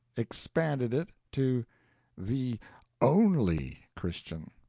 expanded it to the only christian.